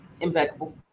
impeccable